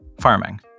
farming